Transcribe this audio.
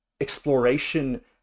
exploration